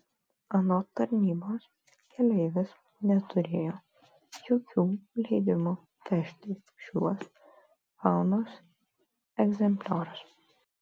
anot tarnybos keleivis neturėjo jokių leidimų vežti šiuos faunos egzempliorius